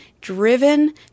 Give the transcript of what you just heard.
driven